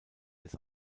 des